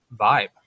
vibe